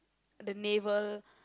the naval